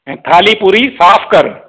ऐं थाली पूरी साफ़ु करि